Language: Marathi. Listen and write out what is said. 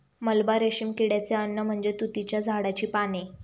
मलबा रेशीम किड्याचे अन्न म्हणजे तुतीच्या झाडाची पाने